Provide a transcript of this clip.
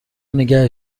نگه